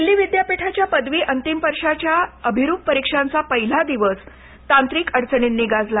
दिल्ली विद्यापीठाच्या पदवी अंतिम वर्षांच्या अभिरूप परीक्षांचा पहिला दिवस तांत्रिक अडचणींनी गाजला